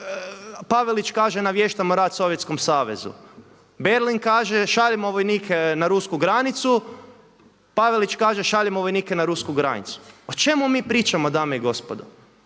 Pavelić kaže naviještamo rat Sovjetskom savezu, Berlin kaže šaljemo vojnike na rusku granicu, Pavelić kaže šaljemo vojnike na rusku granicu. O čemu mi pričamo dame i gospodo?